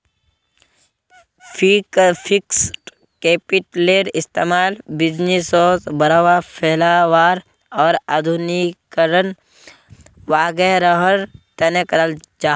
fixed कैपिटलेर इस्तेमाल बिज़नेसोक बढ़ावा, फैलावार आर आधुनिकीकरण वागैरहर तने कराल जाहा